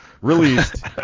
released